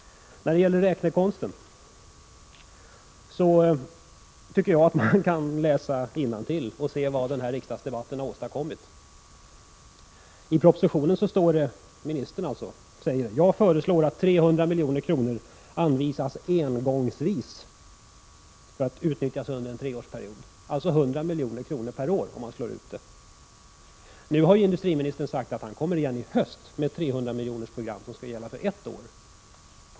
När det gäller räknekonst tycker jag att man kan läsa innantill och se vad som har åstadkommits genom denna riksdagsdebatt. I propositionen säger industriministern: Jag föreslår att 300 milj.kr. anvisas engångsvis för att utnyttjas under en treårsperiod. Det rör sig alltså om 100 milj.kr. per år, om man slår ut beloppet. Nu har industriministern sagt att han kommer igen i höst med ett 300-miljonersprogram som skall gälla för ett år.